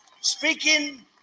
speaking